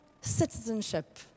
citizenship